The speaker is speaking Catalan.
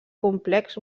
complex